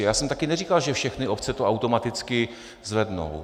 A já jsem taky neříkal, že všechny obce to automaticky zvednou.